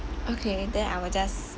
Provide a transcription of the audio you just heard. okay then I will just